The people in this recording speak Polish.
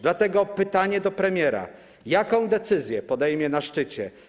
Dlatego pytanie do premiera: Jaką decyzję podejmie na szczycie?